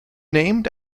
named